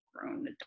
grown